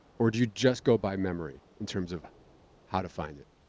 or do you just go by memory? in terms of how to find it?